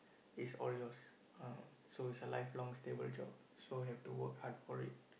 is all yours ah so it's a lifelong stable job so have to work hard for it